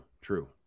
true